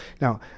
Now